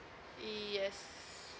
yes